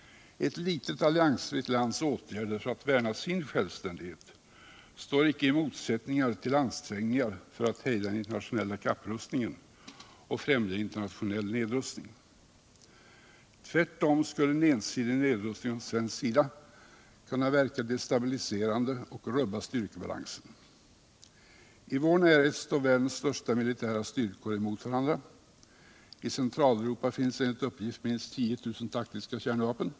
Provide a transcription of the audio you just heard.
Ett litet alliansfritt lands åtgärder för att värna sin självständighet står icke i motsats till ansträngningar för att hejda den internationella kapprustningen och främja internationell nedrustning. Tvärtom skulle en ensidig nedrustning från svensk sida kunna verka destabiliserande och rubba styrkebalansen. I vår närhet står världens största militära styrkor emot varandra. I Centraleuropa finns enligt uppgift minst 10 000 taktiska kärnvapen.